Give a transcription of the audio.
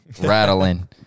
rattling